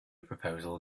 proposal